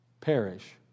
perish